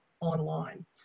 online